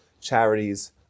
charities